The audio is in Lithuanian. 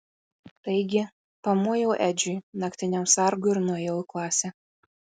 taigi pamojau edžiui naktiniam sargui ir nuėjau į klasę